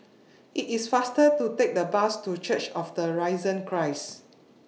IT IS faster to Take The Bus to Church of The Risen Christ